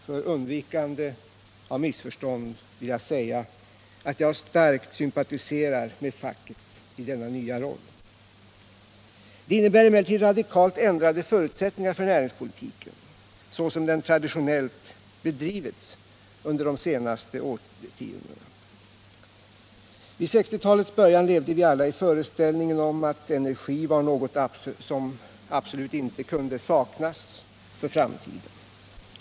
För undvikande av missförstånd vill jag säga att jag starkt sympatiserar med facket i denna nya roll. Det innebär emellertid radikalt ändrade förutsättningar för näringspolitiken så som den traditionellt bedrivits under de senaste decennierna. Vid 1960-talets början levde vi alla i föreställningen att energi var något som absolut inte kunde saknas för framtiden.